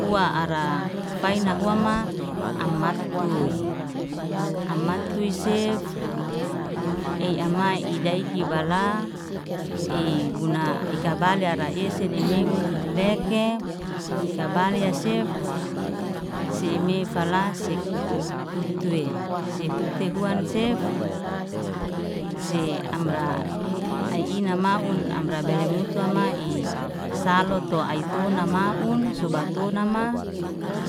Hua ara fai nahua ma am atuy, am atuy sif ei amai i daiki bala ei buna ika balyara esenne meun leke, ika balya sef, si eme falasik hutwe si hut te haun sef, se amra ai namaun amra bele mutwa mae salotu ai tonam maun sobatonama,